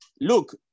look